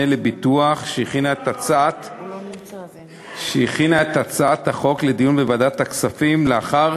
לביטוח שהכינה את הצעת החוק לדיון בוועדת הכספים לאחר